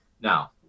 Now